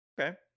Okay